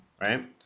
Right